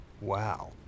Wow